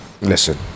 Listen